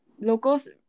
locals